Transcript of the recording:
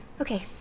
Okay